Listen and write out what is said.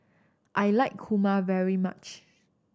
I like kurma very much